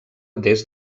des